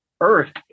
earth